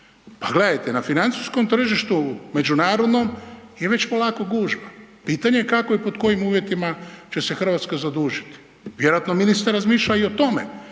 Pa gledajte, na financijskom tržištu, međunarodnom je već polako gužva. Pitanje je kako i pod kojim uvjetima će se Hrvatska zadužiti. Vjerojatno ministar razmišlja i o tome,